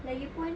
lagipun